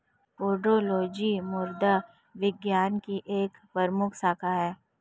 pedology मृदा विज्ञान की एक प्रमुख शाखा है